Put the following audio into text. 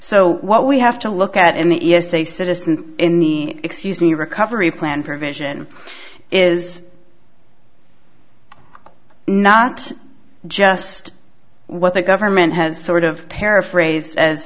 so what we have to look at in the e s a citizen in the excuse me recovery plan provision is not just what the government has sort of paraphrased as